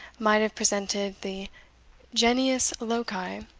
might have presented the genius loci,